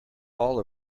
all